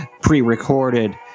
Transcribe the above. pre-recorded